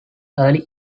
early